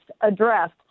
addressed